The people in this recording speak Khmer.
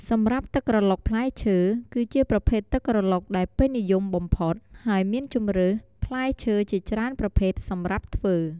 សម្រាប់ទឹកក្រឡុកផ្លែឈើ គឺជាប្រភេទទឹកក្រឡុកដែលពេញនិយមបំផុត ហើយមានជម្រើសផ្លែឈើជាច្រើនប្រភេទសម្រាប់ធ្វើ។